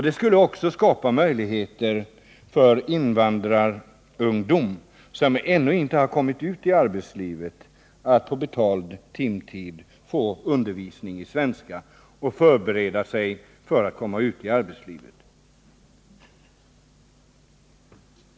Det skulle också skapa möjligheter för invandrarungdom som ännu inte kommit ut i arbetslivet att på betald timtid få undervisning i svenska och få möjlighet att förbereda sig för att komma ut i arbetslivet.